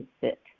sit